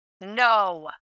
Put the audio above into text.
No